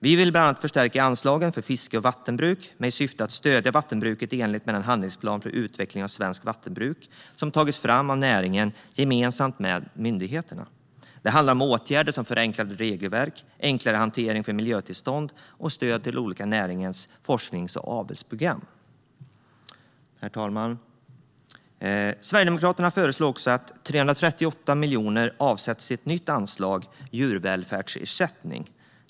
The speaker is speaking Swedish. Vi vill bland annat förstärka anslagen för fiske och vattenbruk i syfte att stödja vattenbruket i enlighet med den handlingsplan för utveckling av svenskt vattenbruk som tagits fram av näringen gemensamt med myndigheterna. Det handlar om åtgärder som förenklade regelverk, enklare hantering för miljötillstånd och stöd till näringens olika forsknings och avelsprogram. Herr talman! Sverigedemokraterna föreslår att 338 miljoner avsätts till ett nytt anslag, nämligen djurvälfärdsersättning.